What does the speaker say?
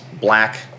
black